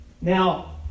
Now